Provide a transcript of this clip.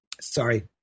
Sorry